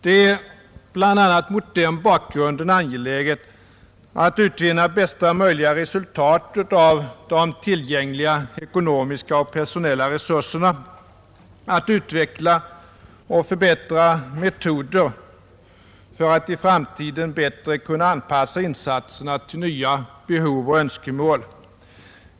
Det är bl.a. mot den bakgrunden angeläget att utvinna bästa möjliga resultat av de tillgängliga ekonomiska och personella resurserna, att utveckla och förbättra metoder för att i framtiden bättre kunna anpassa insatserna till nya behov och önskemål.